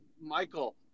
Michael